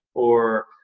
or,